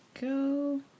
go